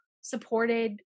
supported